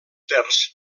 terç